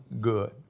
good